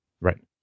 Right